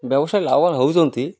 ବ୍ୟବସାୟ ଲାଭବାନ ହଉଛନ୍ତି